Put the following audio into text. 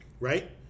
right